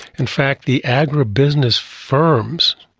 in fact the agribusiness firms,